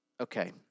Okay